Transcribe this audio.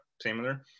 similar